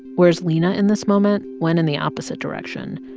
whereas lina, in this moment, went in the opposite direction.